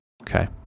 Okay